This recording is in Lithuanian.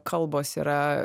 kalbos yra